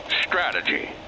strategy